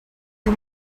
you